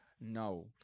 No